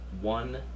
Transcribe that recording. one